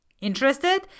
Interested